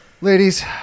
Ladies